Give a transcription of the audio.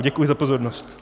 Děkuji za pozornost.